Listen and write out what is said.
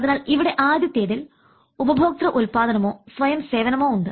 അതിനാൽ ഇവിടെ ആദ്യത്തേതിൽ ഉപഭോക്തൃ ഉത്പാദനമോ സ്വയം സേവനമോ ഉണ്ട്